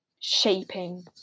shaping